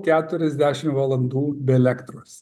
keturiasdešim valandų be elektros